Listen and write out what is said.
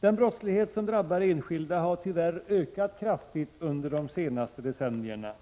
Den brottslighet som drabbar enskilda har tyvärr ökat kraftigt under de senaste decennierna.